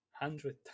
hundred